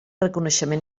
reconeixement